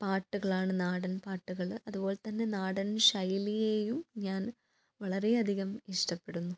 പാട്ടുകളാണ് നാടൻ പാട്ടുകൾ അതുപോലെ തന്നെ നാടൻ ശൈലിയെയും ഞാൻ വളരെ അധികം ഇഷ്ടപ്പെടുന്നു